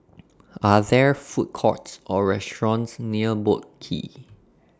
Are There Food Courts Or restaurants near Boat Quay